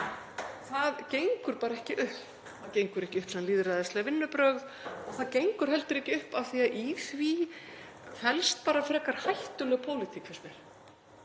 upp, gengur ekki upp sem lýðræðisleg vinnubrögð og það gengur heldur ekki upp af því að í því felst bara frekar hættuleg pólitík, finnst mér.